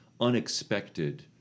unexpected